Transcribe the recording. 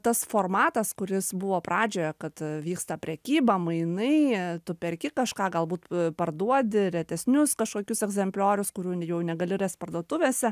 tas formatas kuris buvo pradžioje kad vyksta prekyba mainai tu perki kažką galbūt parduodi retesnius kažkokius egzempliorius kurių jau negali rast parduotuvėse